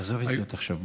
עזוב ידיעות עכשיו,